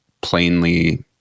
plainly